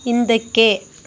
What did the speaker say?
ಹಿಂದಕ್ಕೆ